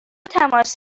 تماس